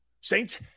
Saints